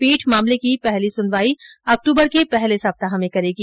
पीठ मामले की पहली सुनवाई अक्टूबर के पहले सप्ताह में करेगी